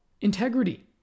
integrity